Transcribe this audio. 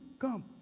come